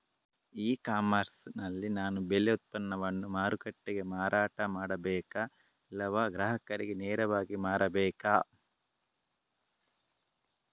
E commerce ನಲ್ಲಿ ನಾನು ಬೆಳೆ ಉತ್ಪನ್ನವನ್ನು ಮಾರುಕಟ್ಟೆಗೆ ಮಾರಾಟ ಮಾಡಬೇಕಾ ಇಲ್ಲವಾ ಗ್ರಾಹಕರಿಗೆ ನೇರವಾಗಿ ಮಾರಬೇಕಾ?